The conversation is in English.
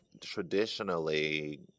Traditionally